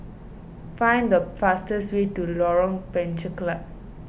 find the fastest way to Lorong Penchalak